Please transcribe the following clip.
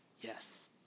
Yes